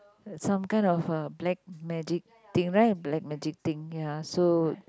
some kind of a black magic thing right black magic thing ya so